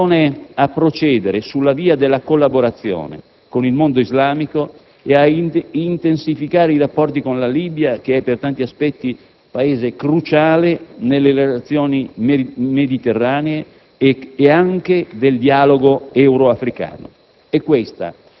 «un'esortazione a procedere sulla via della collaborazione con il mondo islamico e a intensificare i rapporti con la Libia che è, per tanti aspetti, Paese cruciale nelle relazioni mediterranee» e anche del dialogo euro-africano.